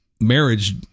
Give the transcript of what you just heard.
marriage